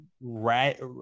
right